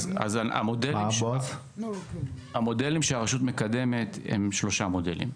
הרשות מקדמת שלושה מודלים.